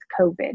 COVID